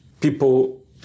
People